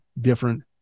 different